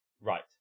Right